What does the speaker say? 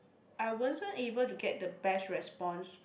I wasn't able to get the best response